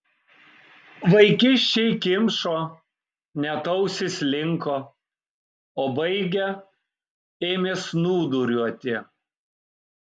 vaikiščiai kimšo net ausys linko o baigę ėmė snūduriuoti